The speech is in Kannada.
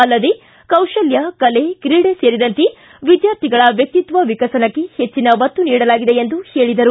ಅಲ್ಲದೇ ಕೌಶಲ್ಯ ಕಲೆ ಕ್ರೀಡೆ ಸೇರಿದಂತೆ ವಿದ್ಯಾರ್ಥಿಗಳ ವ್ಯಕ್ತಿತ್ವ ವಿಕಸನಕ್ಕೆ ಹೆಚ್ಚಿನ ಒತ್ತು ನೀಡಲಾಗಿದೆ ಎಂದು ಹೇಳಿದರು